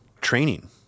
training